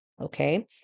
Okay